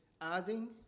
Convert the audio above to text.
adding